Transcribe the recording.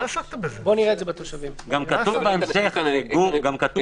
גם כתוב בהמשך שתוצאות הבדיקה יימסרו לנבדק באופן מיידי.